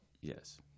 Yes